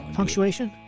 punctuation